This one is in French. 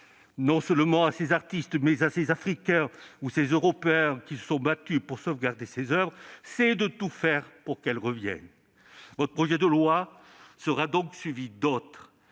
non seulement à ces artistes, mais à ces Africains ou ces Européens qui se sont battus pour sauvegarder ces oeuvres, c'est de tout faire pour qu'elles reviennent. » Votre projet de loi sera donc suivi d'autres,